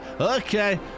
Okay